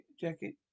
jacket